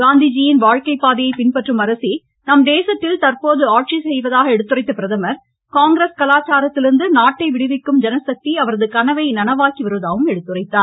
காந்திஜியின் வாழ்க்கை பாதையை பின்பற்றும் அரசே நம் தேசத்தில் தற்போது ஆட்சி செய்வதாக எடுத்துரைத்த பிரதமர் காங்கிரஸ் கலாச்சாரத்திலிருந்து நாட்டை விடுவிக்கும் ஜனசக்தி அவரது கனவை நனவாக்கி வருவதாகவும் எடுத்துரைத்தார்